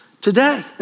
today